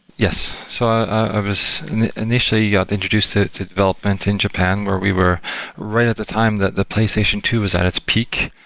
yes. i so ah was initially got introduced to to development in japan where we were right at the time, the the playstation two was at its peak.